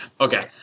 Okay